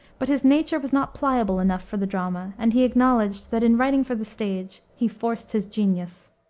but his nature was not pliable enough for the drama, and he acknowledged that, in writing for the stage, he forced his genius.